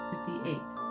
58